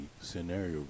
scenario